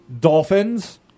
Dolphins